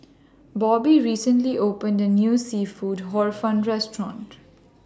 Bobby recently opened A New Seafood Hor Fun Restaurant